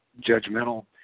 judgmental